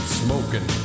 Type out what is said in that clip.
smoking